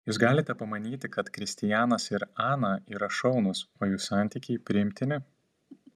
jūs galite pamanyti kad kristijanas ir ana yra šaunūs o jų santykiai priimtini